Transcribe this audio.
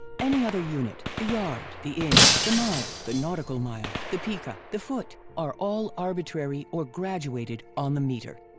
any other unit, the yard, the inch, the mile, the nautical mile, the pica, the foot, are all arbitrary or graduated on the meter.